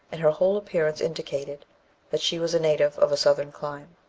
and her whole appearance indicated that she was a native of a southern clime.